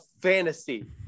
fantasy